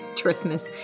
Christmas